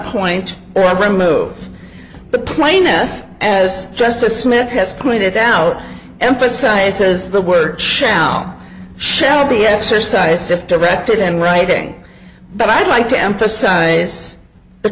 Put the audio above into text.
appoint or remove the plaintiff as justice smith has pointed out emphasizes the word shall shall be exercised if directed in writing but i'd like to emphasize the